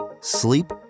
sleep